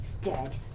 dead